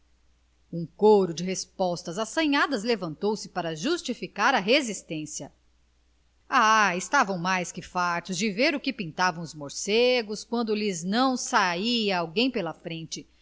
um coro de respostas assanhadas levantou-se para justificar a resistência ah estavam mais que fartos de ver o que pintavam os morcegos quando lhes não saia alguém pela frente